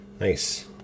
Nice